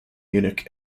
munich